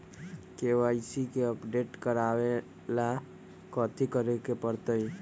KYC के update करवावेला कथि करें के परतई?